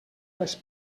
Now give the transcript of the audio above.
les